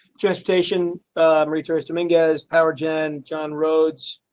gestation retarded, i mean, guys, power, jan, john roads.